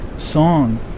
Song